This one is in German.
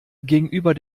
gegenüber